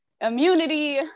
immunity